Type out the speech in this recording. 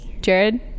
jared